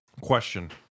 Question